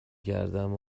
کردم